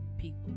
people